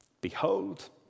Behold